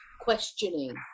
questioning